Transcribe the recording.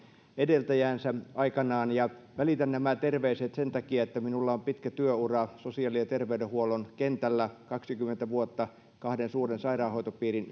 edeltäjäänsä aikoinaan välitän nämä terveiset sen takia että minulla on pitkä työura sosiaali ja terveydenhuollon kentällä kaksikymmentä vuotta kahden suuren sairaanhoitopiirin